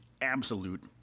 absolute